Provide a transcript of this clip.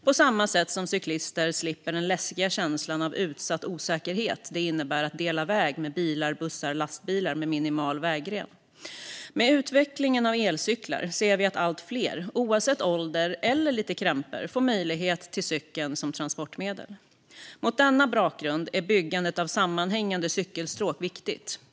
Det är viktigt för cyklister att slippa den läskiga känslan av utsatt osäkerhet det innebär att dela väg med bilar, bussar och lastbilar med minimal vägren. Med utvecklingen av elcyklar ser vi att allt fler, oavsett ålder eller eventuella krämpor, får möjlighet att ha cykeln som transportmedel. Mot denna bakgrund är byggandet av sammanhängande cykelstråk viktigt.